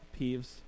peeves